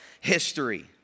history